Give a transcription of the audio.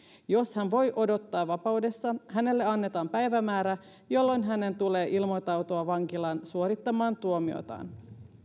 jos hän voi odottaa vapaudessa hänelle annetaan päivämäärä jolloin hänen tulee ilmoittautua vankilaan suorittamaan tuomiotaan